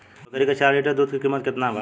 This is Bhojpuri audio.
बकरी के चार लीटर दुध के किमत केतना बा?